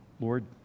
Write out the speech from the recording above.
Lord